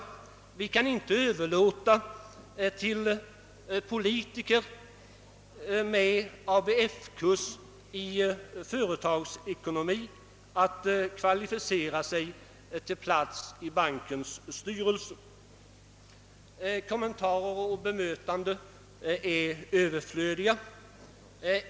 Vi kan inte överlåta till politiker med ABF-kurs i företagsekonomi att kvalificera sig till plats i bankens styrelse.» Kommentarer och bemötanden är överflödiga.